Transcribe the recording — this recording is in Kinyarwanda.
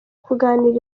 kuganira